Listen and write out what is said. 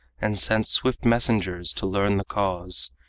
and sent swift messengers to learn the cause.